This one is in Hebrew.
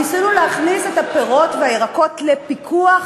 ניסינו להכניס את הפירות והירקות לפיקוח,